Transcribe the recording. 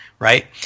right